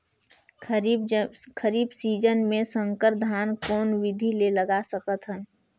खरीफ season मे संकर धान कोन विधि ले लगा सकथन?